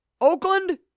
Oakland